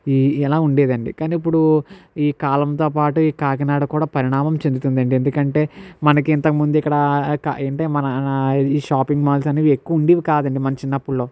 ఇ ఇలా ఉండేదండి కానీ ఇప్పుడు ఈ కాలంతో పాటు ఈ కాకినాడ కూడా పరిణామం చెందుతుందండి ఎందుకంటే మనకి ఇంతకు ముందు ఇక్కడ ఏంటి మన ఈ షాపింగ్ మాల్స్ అనేవి ఎక్కువ ఉండేవి కాదండి మన చిన్నప్పట్లో